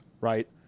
right